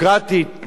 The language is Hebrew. ליברלית,